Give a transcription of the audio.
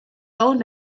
bone